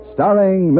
Starring